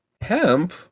Hemp